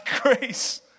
grace